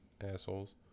Assholes